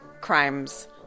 crimes